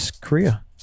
Korea